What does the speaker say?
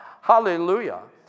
Hallelujah